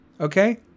Okay